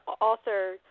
author